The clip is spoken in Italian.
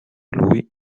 lui